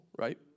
right